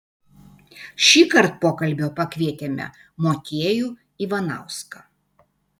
šįkart pokalbio pakvietėme motiejų ivanauską